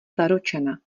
zaručena